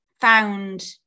found